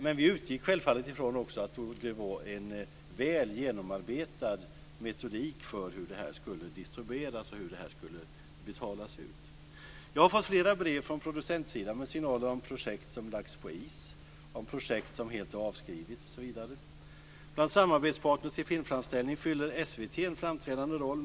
Men vi utgick självfallet också från att det fanns en väl genomarbetad metodik för hur distribution och utbetalning skulle ske. Jag har fått flera brev från producentsidan med signaler om projekt som lagts på is, om projekt som helt avskrivits osv. Bland samarbetspartner för filmframställning fyller SVT en framträdande roll.